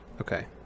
Okay